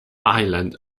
island